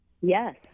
Yes